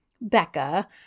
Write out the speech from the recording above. Becca